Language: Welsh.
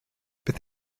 beth